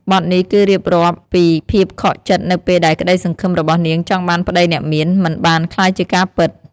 បទនេះគឺរៀបរាប់ពីភាពខកចិត្តនៅពេលដែលក្តីសង្ឃឹមរបស់នាងចង់បានប្តីអ្នកមាន មិនបានក្លាយជាការពិត។